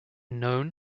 known